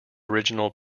original